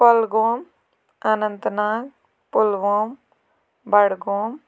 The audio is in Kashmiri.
کۄلگوم اننت ناگ پُلووم بڈگوم